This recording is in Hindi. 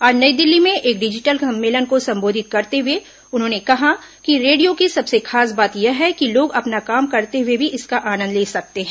आज नई दिल्ली में एक डिजिटल सम्मेलन को संबोधित करते हुए उन्होंने कहा कि रेडियो की सबसे खास बात यह है कि लोग अपना काम करते हुए भी इसका आनंद ले सकते हैं